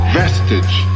vestige